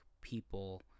people